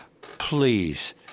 please